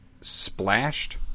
splashed